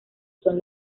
son